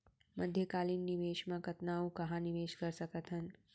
मध्यकालीन निवेश म कतना अऊ कहाँ निवेश कर सकत हन?